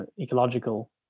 ecological